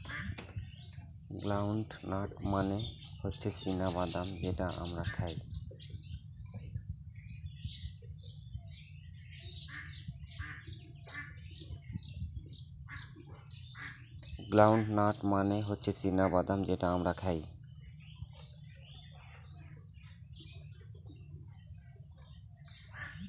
ground nut মানে হচ্ছে চীনা বাদাম যেটা আমরা খাই